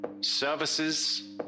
services